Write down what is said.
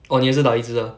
oh 你也是打一只 ah